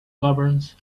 governs